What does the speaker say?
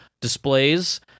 displays